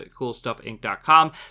coolstuffinc.com